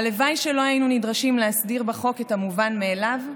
הלוואי שלא היינו נדרשים להסדיר בחוק את המובן מאליו,